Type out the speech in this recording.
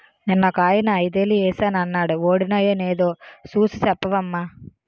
నిన్నొకాయన ఐదేలు ఏశానన్నాడు వొడినాయో నేదో సూసి సెప్పవమ్మా